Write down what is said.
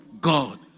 God